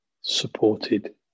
supported